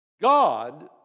God